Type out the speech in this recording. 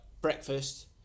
breakfast